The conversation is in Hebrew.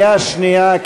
שנייה.